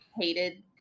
hated